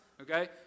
okay